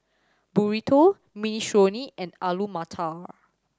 Burrito Minestrone and Alu Matar